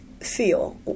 feel